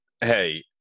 Hey